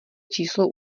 číslo